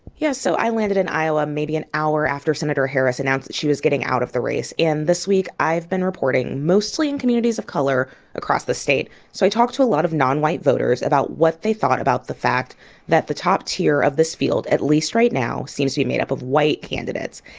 yeah. so i landed in iowa maybe an hour after senator harris announced she was getting out of the race. and this week, i've been reporting mostly in communities of color across the state. so i talked to a lot of nonwhite voters about what they thought about the fact that the top tier of this field, at least right now, seems to be made up of white candidates.